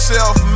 Self